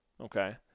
okay